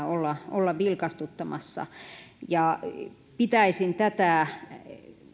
olla olla vilkastuttamassa suomalaista elinkeinoelämää pitäisin tätä